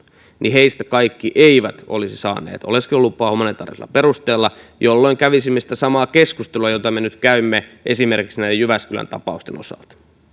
niin heistä kaikki eivät olisi saaneet oleskelulupaa humanitäärisellä perusteella jolloin kävisimme sitä samaa keskustelua jota me nyt käymme esimerkiksi näiden jyväskylän tapausten osalta